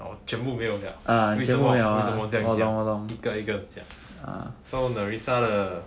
全部没有 liao 为什么为什么这样讲一个一个讲 so nerissa 的